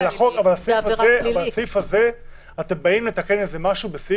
אבל אתם באים כאן לתקן משהו באמצעות